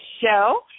Show